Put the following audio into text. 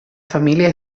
família